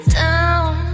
down